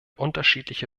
unterschiedliche